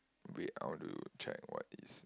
wait I want to check what is